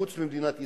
חוץ ממדינת ישראל.